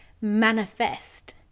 manifest